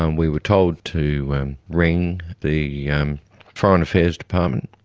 um we were told to ring the um foreign affairs department.